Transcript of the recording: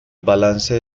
balance